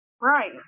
Right